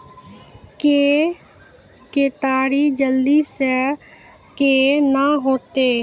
के केताड़ी जल्दी से के ना होते?